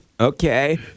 Okay